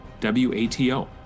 w-a-t-o